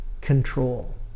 control